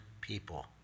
people